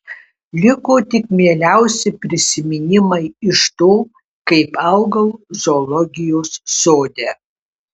liko tik mieliausi prisiminimai iš to kaip augau zoologijos sode